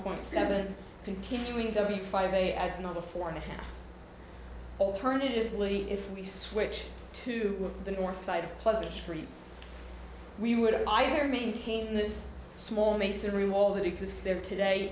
point seven continuing to be five a as not a four and a half alternatively if we switch to the north side of pleasant street we would either maintain this small masonry mall that exists there today